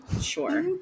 Sure